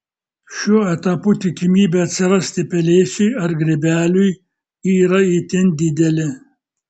šiuo etapu tikimybė atsirasti pelėsiui ar grybeliui yra itin didelė